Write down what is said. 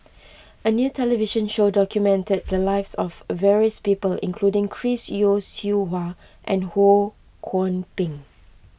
a new television show documented the lives of various people including Chris Yeo Siew Hua and Ho Kwon Ping